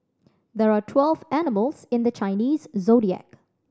there are twelve animals in the Chinese Zodiac